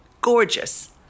gorgeous